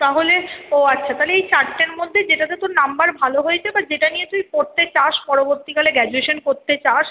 তাহলে ও আচ্ছা তাহলে এই চারটের মধ্যে যেটাতে তোর নাম্বার ভালো হয়েছে বা যেটা নিয়ে তুই পড়তে চাস পরবর্তীকালে গ্র্যাজুয়েশন করতে চাস